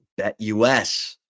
BetUS